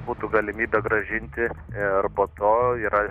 būtų galimybė grąžinti ir po to yra